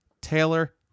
Taylor-